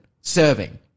serving